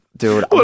dude